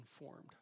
informed